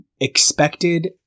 expected